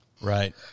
right